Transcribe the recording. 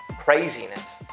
craziness